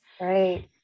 right